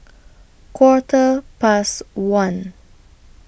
Quarter Past one